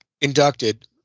inducted